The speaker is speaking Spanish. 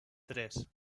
tres